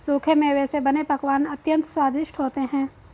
सूखे मेवे से बने पकवान अत्यंत स्वादिष्ट होते हैं